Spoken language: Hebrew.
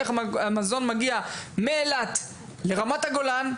איך המזון מגיע מאילת לרמת הגולן,